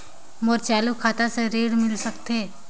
मोर चालू खाता से ऋण मिल सकथे?